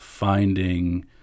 finding